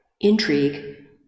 intrigue